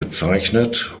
bezeichnet